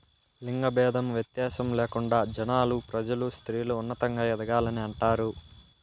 లింగ భేదం వ్యత్యాసం లేకుండా జనాలు ప్రజలు స్త్రీలు ఉన్నతంగా ఎదగాలని అంటారు